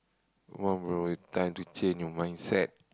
come on bro it time to change your mindset